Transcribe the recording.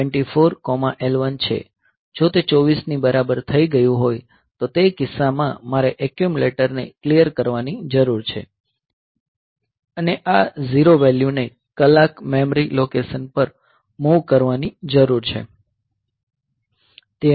તે CJNE A24L1 છે જો તે 24 ની બરાબર થઈ ગયું હોય તો તે કિસ્સા માં મારે એક્યુમ્યુલેટર ને ક્લીયર કરવાની જરૂર છે અને આ 0 વેલ્યુને કલાક મેમરી લોકેશન પર MOV કરવાની જરૂર છે